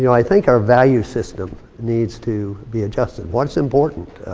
you know i think our value system needs to be adjusted. what's important?